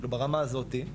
ברמה הזאתי,